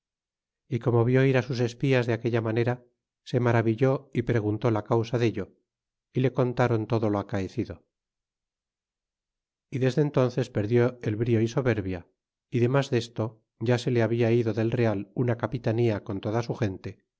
y como vió ir sus espías de aquella manera se maravilló y preguntó la causa dello y le contron todo lo acaecido y desde entónces perdió el brio y soberbia y demas desto ya se le habia ido del real una capitania con toda su gente